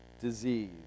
disease